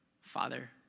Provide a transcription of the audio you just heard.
Father